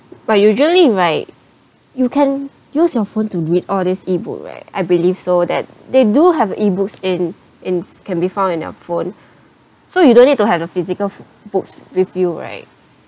but usually right you can use your phone to read all these e-book right I believe so that they do have e-books in in can be found in your phone so you don't need to have the physical books with you right